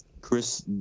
Chris